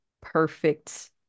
perfect